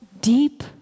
deep